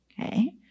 okay